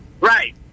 Right